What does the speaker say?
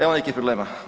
Evo nekih problema.